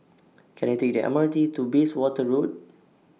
Can I Take The M R T to Bayswater Road